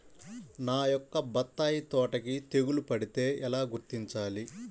నా యొక్క బత్తాయి తోటకి తెగులు పడితే ఎలా గుర్తించాలి?